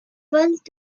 volent